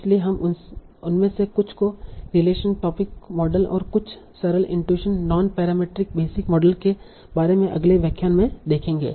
इसलिए हम उनमें से कुछ को रिलेशन टोपिक मॉडल और कुछ सरल इनटूशन नॉनपैरामीट्रिक बेसिक मॉडल्स के बारे में अगले व्याख्यान में देखेंगे